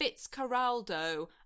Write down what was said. Fitzcarraldo